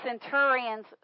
centurion's